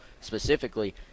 specifically